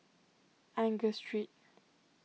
Angus Street